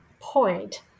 Point